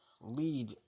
lead